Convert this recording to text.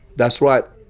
that's right.